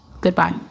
goodbye